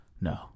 No